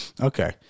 okay